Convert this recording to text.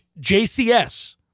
jcs